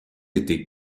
été